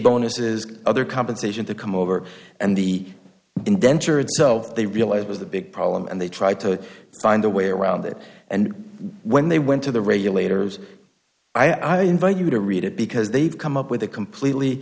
bonuses other compensation to come over and be indentured so they realized was the big problem and they tried to find a way around it and when they went to the regulators i invite you to read it because they've come up with a completely